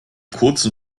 kurzen